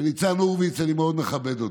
וניצן הורוביץ, אני מאוד מכבד אותו,